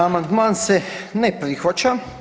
Amandman se ne prihvaća.